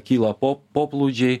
kyla po poplūdžiai